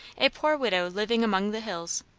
a poor widow living among the hills.